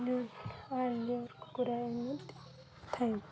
ନି ଆ ନିକୁୁରା ଥାଏ